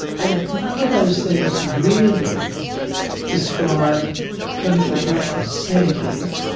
and none of those things really describe clinical practice, sadly.